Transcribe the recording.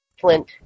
Flint